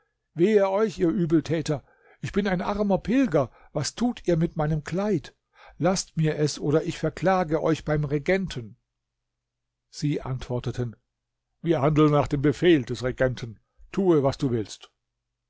wehe euch ihr übeltäter ich bin ein armer pilger was tut ihr mit meinem kleid laßt mir es oder ich verklage euch beim regenten sie antworteten wir handeln nach dem befehl des regenten tue was du willst